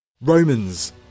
romans